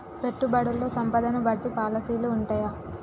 పెట్టుబడుల్లో సంపదను బట్టి పాలసీలు ఉంటయా?